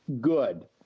Good